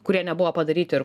kurie nebuvo padaryti ir